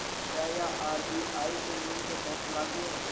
क्या यह आर.बी.आई के नियम के तहत लागू है?